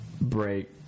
break